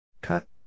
Cut